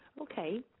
Okay